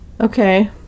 Okay